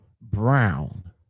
Brown